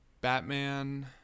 Batman